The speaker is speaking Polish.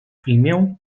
imię